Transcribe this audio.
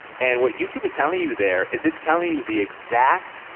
and what youtube is telling you there, is it's telling you the exact